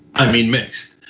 i mean mixed.